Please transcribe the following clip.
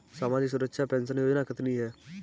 सामाजिक सुरक्षा पेंशन योजना कितनी हैं?